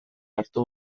hartu